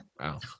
Wow